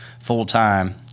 full-time